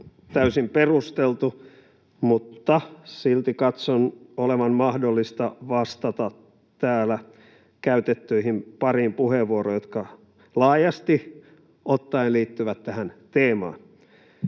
täysin perusteltu, mutta silti katson olevan mahdollista vastata täällä käytettyihin pariin puheenvuoroon, jotka laajasti ottaen liittyvät tähän teemaan.